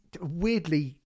weirdly